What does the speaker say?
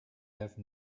have